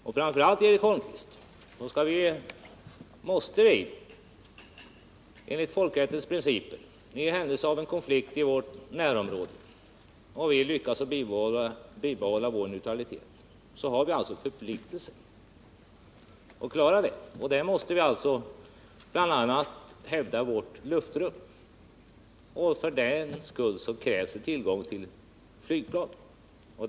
Dessutom har vi, Eric Holmqvist, enligt folkrättens principer förpliktelser i den händelse att det inträffar en konflikt i vårt närområde och vi därvid lyckas bibehålla vår neutralitet. Då måste vi bl.a. hävda vårt luftrum. För det krävs det tillgång till flygplan.